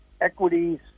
Equities